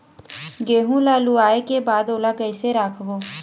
गेहूं ला लुवाऐ के बाद ओला कइसे राखबो?